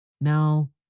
Now